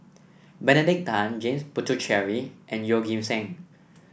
Benedict Tan James Puthucheary and Yeoh Ghim Seng